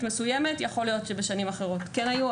ושיכול להיות שבשנים אחרות כן היו,